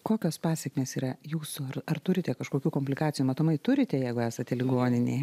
kokios pasekmės yra jūsų ar ar turite kažkokių komplikacijų matomai turite jeigu esate ligoninėj